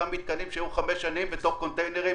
אותם מתקנים שהיו חמש שנים בתוך קונטיינרים.